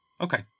Okay